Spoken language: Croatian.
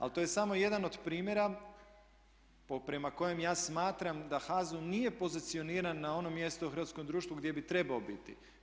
Ali to je samo jedan od primjera prema kojem ja smatram da HAZU nije pozicioniran na onom mjestu u hrvatskom društvu gdje bi trebao biti.